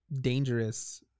dangerous